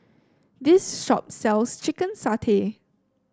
this shop sells Chicken Satay